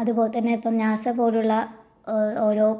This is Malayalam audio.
അതുപോലെ തന്നെ ഇപ്പോൾ നാസ പോലുള്ള ഓരോ